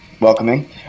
welcoming